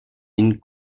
une